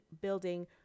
building